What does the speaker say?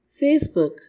Facebook